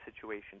situation